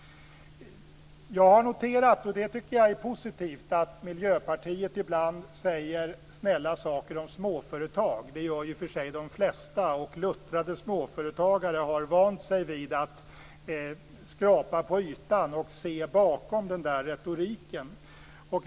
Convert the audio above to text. Jag har noterat, och det är positivt, att Miljöpartiet ibland säger snälla saker om småföretag. Det gör i och för sig de flesta. Och luttrade småföretagare har vant sig vid att skrapa på ytan och se bakom den där retoriken.